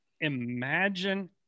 Imagine